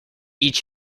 each